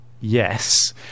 yes